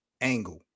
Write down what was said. angle